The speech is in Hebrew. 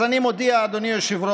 אז אני מודיע, אדוני היושב-ראש,